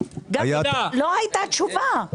גפני, לא הייתה תשובה.